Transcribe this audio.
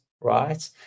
Right